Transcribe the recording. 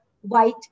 white